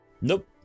Nope